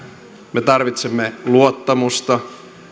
me tarvitsemme luottamusta